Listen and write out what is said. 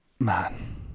Man